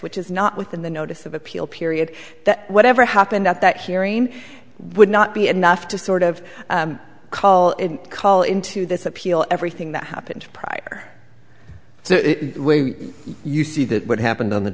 which is not within the notice of appeal period that whatever happened at that hearing would not be enough to sort of call it call into this appeal everything that happened prior so you see that what happened on the